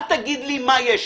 אל תגיד לי מה יש.